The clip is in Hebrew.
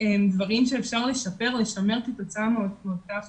דברים שאפשר לשפר, לשמר, כתוצאה מאותה החלטה.